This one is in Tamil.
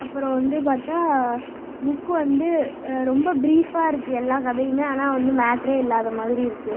அப்புறோம் வந்து பார்த்தா புக்கு வந்து ரொம்ப ப்ரீஃபாக இருக்குது எல்லா கதையுமே ஆனால் வந்து மேட்ரே இல்லாத மாதிரி இருக்குது